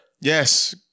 Yes